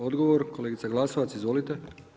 Odgovor kolegica Glasovac, izvolite.